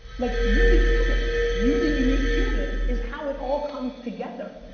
like you, the human. you, the unique human, is how it all comes together.